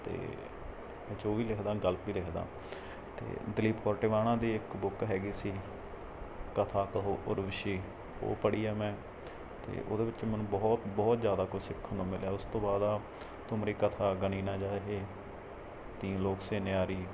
ਅਤੇ ਮੈਂ ਜੋ ਵੀ ਲਿਖਦਾ ਗਲਪ ਹੀ ਲਿਖਦਾ ਅਤੇ ਦਲੀਪ ਕੌਰ ਟਿਵਾਣਾ ਦੀ ਇੱਕ ਬੁੱਕ ਹੈਗੀ ਸੀ ਕਥਾ ਕਹੋ ਉਰਵਸ਼ੀ ਉਹ ਪੜ੍ਹੀ ਹੈ ਅਤੇ ਉਹਦੇ ਵਿੱਚ ਮੈਨੂੰ ਬਹੁਤ ਬਹੁਤ ਜ਼ਿਆਦਾ ਕੁਛ ਸਿੱਖਣ ਨੂੰ ਮਿਲਿਆ ਉਸ ਤੋਂ ਬਾਅਦ ਆਹ ਤੁਮਰੀ ਕਥਾ ਗਣੀ ਨਾ ਜਾਹਿ ਤੀਨ ਲੋਕ ਸੇ ਨਿਆਰੀ